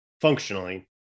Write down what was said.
functionally